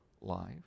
life